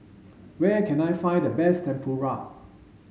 where can I find the best Tempura